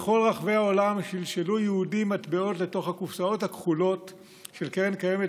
בכל רחבי העולם שלשלו יהודים מטבעות לתוך הקופסאות הכחולות של קרן קיימת